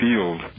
field